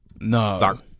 No